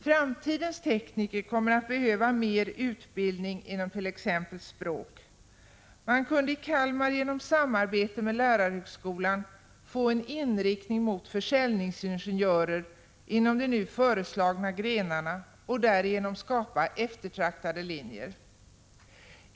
Framtidens tekniker kommer att behöva mer utbildning it.ex. språk. Man kunde i Kalmar genom samarbete med lärarhögskolan få en inriktning mot försäljningsingenjörer inom de nu föreslagna grenarna och därigenom skapa eftertraktade linjer.